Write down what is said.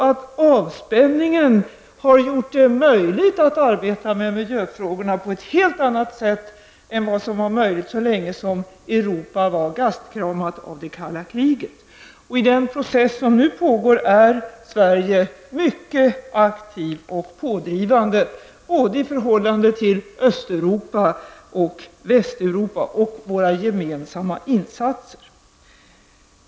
Avspänningen har också gjort det möjligt att arbeta med miljöfrågorna på ett helt annat sätt än vad som var möjligt så länge som Europa var gastkramat av det kalla kriget. I den process som nu pågår är Sverige mycket aktivt och pådrivande i förhållande till både Östeuropa och Västeuropa och våra gemensamma insatser.